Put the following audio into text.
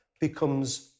becomes